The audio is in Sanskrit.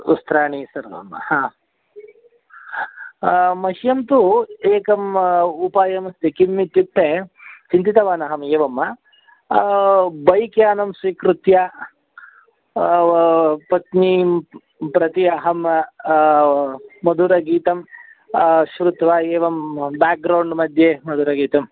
वस्त्राणि सर्वं ह मह्यं तु एकः उपायः अस्ति किम् इत्युक्ते चिन्तितवान् अहम् एवं वा बैक्यानं स्वीकृत्य पत्नीं प्रति अहं मधुरगीतं श्रुत्वा एवं बेक् ग्रौण्ड् मध्ये मधुरगीतं